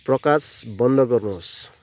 प्रकाश बन्द गर्नुहोस्